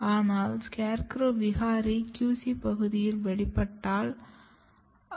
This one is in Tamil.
ஆனால் SCARECROW விகாரி QC பகுதியில் வெளிப்படவில்லை